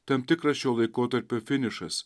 tam tikras šio laikotarpio finišas